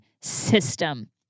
system